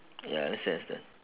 ya understand understand